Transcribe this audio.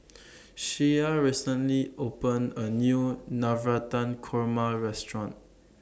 Shea recently opened A New Navratan Korma Restaurant